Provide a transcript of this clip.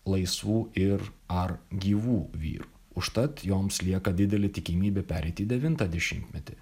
laisvų ir ar gyvų vyrų užtat joms lieka didelė tikimybė pereiti į devintą dešimtmetį